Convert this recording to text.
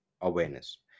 awareness